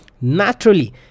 naturally